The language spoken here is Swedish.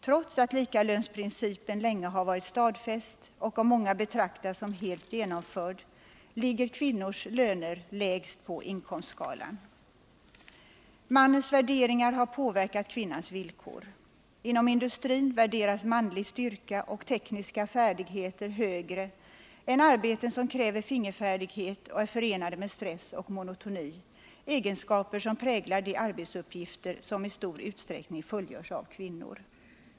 Trots att likalönsprincipen länge har varit stadfäst och av många betraktas som helt genomförd, ligger kvinnors löner lägst på inkomstskalan. Mannens värderingar har påverkat kvinnans villkor. Inom industrin värderas manlig styrka och tekniska färdigheter högre än arbeten som kräver fingerfärdighet och är förenade med stress och monotoni, egenskaper som präglar de arbetsuppgifter som i stor utsträckning fullgörs av kvinnor.